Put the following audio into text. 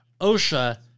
OSHA